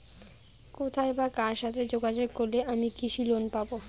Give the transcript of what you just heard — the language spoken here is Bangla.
কোথায় বা কার সাথে যোগাযোগ করলে আমি কৃষি লোন পাব?